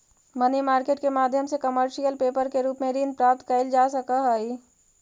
money market के माध्यम से कमर्शियल पेपर के रूप में ऋण प्राप्त कईल जा सकऽ हई